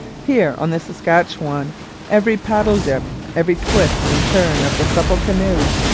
here on the saskatchewan every paddle-dip, every twist and turn of the supple canoes,